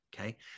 okay